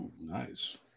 nice